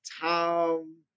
tom